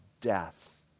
death